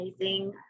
amazing